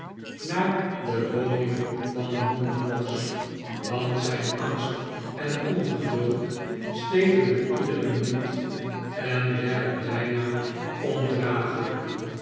naar de woning van newman noggs want zijn an en ongeduld stegen met iedere minuut en werden bijna ondraaglijk